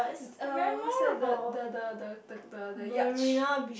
uh what's that the the the the the the the yacht